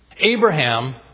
Abraham